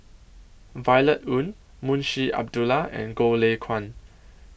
Violet Oon Munshi Abdullah and Goh Lay Kuan